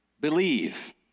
believe